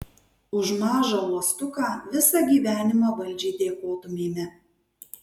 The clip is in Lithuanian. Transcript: už mažą uostuką visą gyvenimą valdžiai dėkotumėme